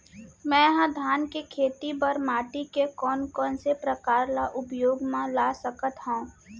मै ह धान के खेती बर माटी के कोन कोन से प्रकार ला उपयोग मा ला सकत हव?